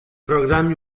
programmi